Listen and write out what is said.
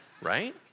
right